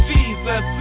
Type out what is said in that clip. Jesus